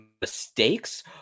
mistakes